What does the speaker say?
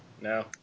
No